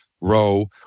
row